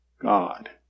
God